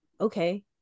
okay